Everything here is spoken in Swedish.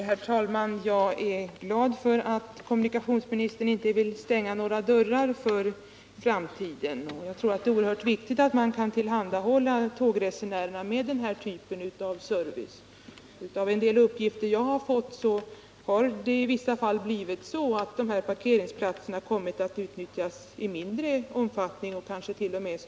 Herr talman! Jag är glad över att kommunikationsministern för framtiden inte vill stänga några dörrar, eftersom jag tror att det är oerhört viktigt att man kan ge tågresenärerna den här typen av service. Enligt en del uppgifter som jag har fått har parkeringsplatserna i vissa fall kommit att utnyttjas i mindre omfattning ellert.o.m.